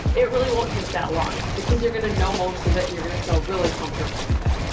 it really won't take that long because you're gonna know most of it, and you're gonna feel really comfortable with it.